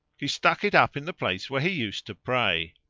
he stuck it up in the place where he used to pray.